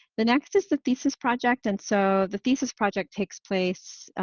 the next is the thesis project. and so the thesis project takes place,